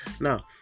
now